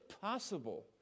possible